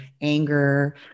anger